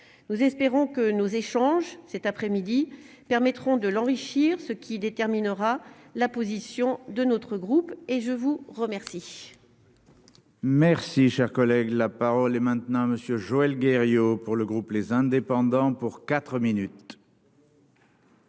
nous espérons que nos échanges cet après-midi, permettront de l'enrichir ce qui déterminera la position de notre groupe et je vous remercie. Merci, cher collègue, la parole est maintenant monsieur Joël Guerriau pour le groupe, les indépendants pour 4 minutes.